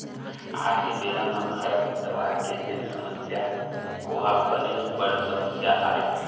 आज के बेरा म खरपतवार के जेन समस्या ओहा बनेच बड़ समस्या आय